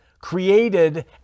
created